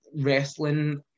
wrestling